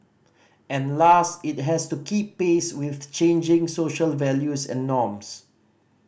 and last it has to keep pace with changing social values and norms